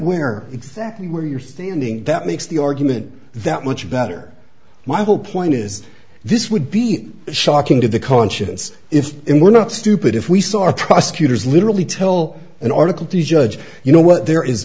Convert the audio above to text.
where exactly where you're standing that makes the argument that much better my whole point is this would be shocking to the conscience if it were not stupid if we start prosecutors literally tell an article to judge you know what there is